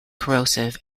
corrosive